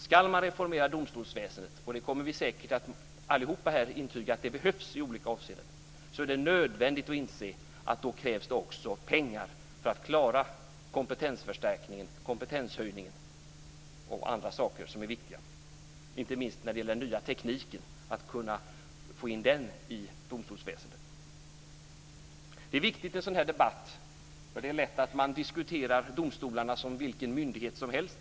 Ska man reformera domstolsväsendet - och vi kommer säkert allihop att här intyga att det behövs i olika avseenden - är det nödvändigt att inse att det också krävs pengar för att klara kompetensförstärkningen, kompetenshöjningen och andra saker som är viktiga. Det gäller inte minst att kunna få in den nya tekniken i domstolsväsendet. Det är lätt att man diskuterar domstolarna som vilken myndighet som helst.